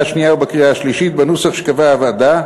השנייה ובקריאה השלישית בנוסח שקבעה הוועדה,